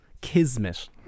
Kismet